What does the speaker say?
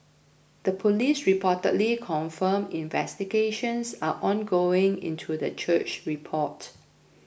the police reportedly confirmed investigations are ongoing into the church report